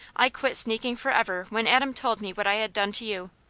i quit sneaking forever when adam told me what i had done to you.